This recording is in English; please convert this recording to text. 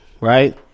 right